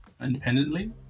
independently